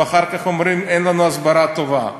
ואחר כך אומרים: אין לנו הסברה טובה.